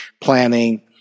planning